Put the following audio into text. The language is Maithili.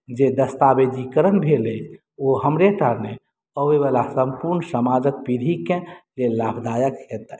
जे दस्तावेजीकरण भेल अइ ओ हमरेटा नहि अबयवला सम्पूर्ण समाजक पीढ़ीके लेल लाभदायक हेतनि